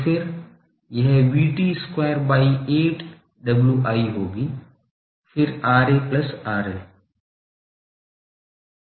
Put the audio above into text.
तो फिर यह VT square by 8 Wi होगी फिर RA plus RL